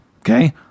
Okay